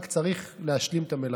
רק צריך להשלים את המלאכה.